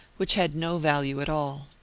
which had no value at all.